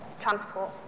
transport